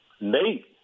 Nate